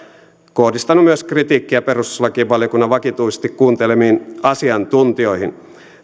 kohdistanut kritiikkiä myös perustuslakivaliokunnan vakituisesti kuuntelemiin asiantuntijoihin